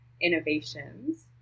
innovations